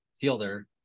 fielder